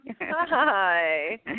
Hi